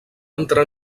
entrar